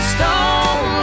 Stone